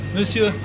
Monsieur